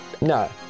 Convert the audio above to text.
No